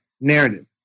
narrative